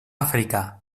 àfrica